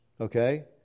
Okay